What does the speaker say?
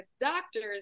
doctors